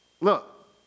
Look